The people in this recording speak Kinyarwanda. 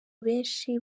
benshi